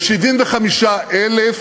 ל-75,000